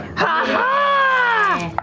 ha